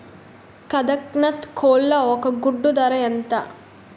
కదక్నత్ కోళ్ల ఒక గుడ్డు ధర ఎంత?